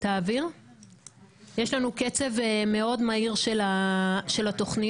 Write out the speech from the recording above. יש לנו קצב מאוד מהיר של תוכניות.